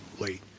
late